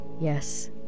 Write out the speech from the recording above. Yes